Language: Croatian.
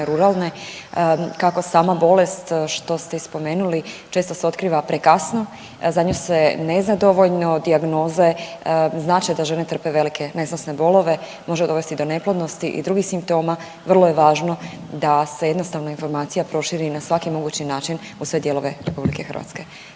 ruralne. Kako sama bolest što ste i spomenuli, često se otkriva prekasno, za nju se ne zna dovoljno dijagnoze. Značaj da žene trpe velike nesnosne bolove može dovesti do neplodnosti i drugih simptoma, vrlo je važno da se jednostavno informacija proširi na svaki mogući način u sve dijelove RH. Evo, hvala.